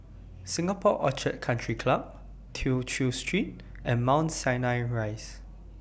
Singapore Orchid Country Club Tew Chew Street and Mount Sinai Rise